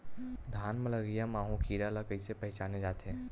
धान म लगईया माहु कीरा ल कइसे पहचाने जाथे?